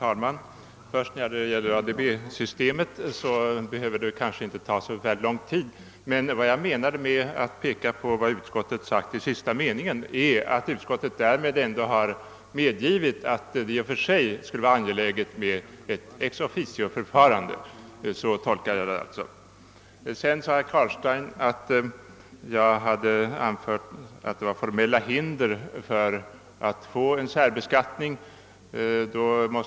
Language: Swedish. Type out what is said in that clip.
Herr talman! När det gäller ADB-systemet behöver det kanske inte ta så förfärligt lång tid. Vad beträffar det av mig omnämnda uttalandet i sista me ningen i utskottsutlåtandet tolkade jag detta uttalande så att utskottet därmed ändå har medgivit att det i och för sig skulle vara angeläget med ett ex officioförfarande. Vidare sade herr Carlstein att jag hade anfört att det fanns formella hinder för att få en särbeskattning till stånd.